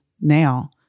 now